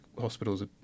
hospitals